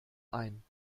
ein